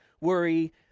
worry